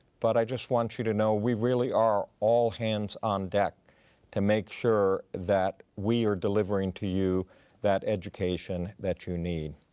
but i just want you to know, we really are all hands on deck to make sure that we are delivering to you that education that you need.